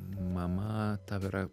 mama tau yra